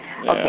Okay